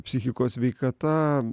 psichikos sveikata